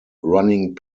running